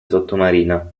sottomarina